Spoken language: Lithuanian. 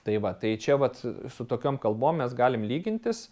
tai va tai čia vat su tokiom kalbom mes galim lygintis